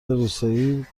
روستایی